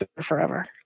forever